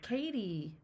Katie